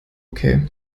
okay